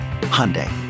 Hyundai